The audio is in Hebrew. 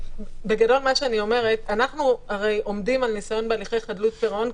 אנחנו עומדים על ניסיון בהליכי חדלות פירעון,